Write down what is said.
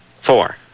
Four